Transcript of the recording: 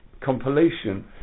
compilation